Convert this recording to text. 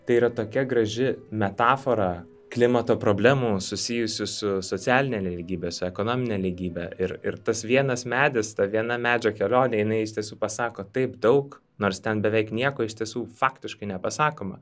tai yra tokia graži metafora klimato problemų susijusių su socialine nelygybe su ekonomine nelygybe ir ir tas vienas medis ta viena medžio kelionė jinai iš tiesų pasako taip daug nors ten beveik nieko iš tiesų faktiškai nepasakoma